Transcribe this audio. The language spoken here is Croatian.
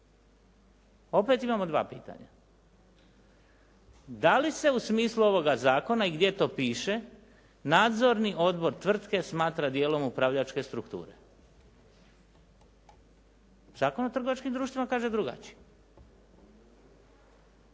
Opet imamo dva pitanja. Da li se u smislu ovoga zakona i gdje to piše nadzorni odbor tvrtke smatra dijelom upravljačke strukture? Zakon o trgovačkim društvima kaže drugačije.